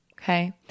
okay